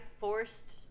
forced